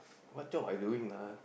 what job are you doing lah